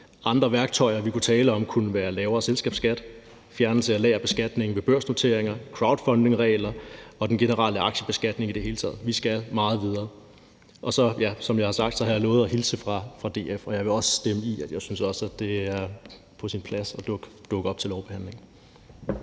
Andre værktøjer, vi kunne tale om, kunne være lavere selskabsskat, fjernelse af lagerbeskatning ved børsnoteringer, crowdfundingregler og den generelle aktiebeskatning i det hele taget. Vi skal meget videre. Og så ja, som jeg har sagt, har jeg lovet at hilse fra DF, og jeg vil også istemme, at det er på sin plads at dukke op til lovbehandlingen.